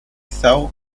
são